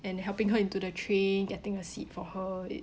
and helping her into the train getting a seat for her it